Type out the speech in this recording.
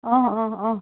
অ অ অ